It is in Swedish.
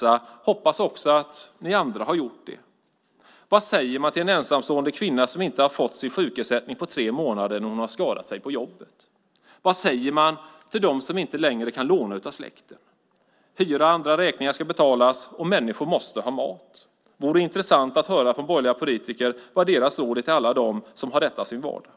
Jag hoppas att också ni andra har gjort det. Vad säger man till en ensamstående kvinna, som har skadat sig på jobbet, som inte har fått sin sjukersättning på tre månader? Vad säger man till dem som inte längre kan låna av släkten? Hyra och andra räkningar ska betalas, och människor måste ha mat. Det vore intressant att höra från borgerliga politiker vad deras råd är till alla som har detta som sin vardag.